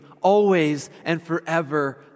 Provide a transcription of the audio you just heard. always-and-forever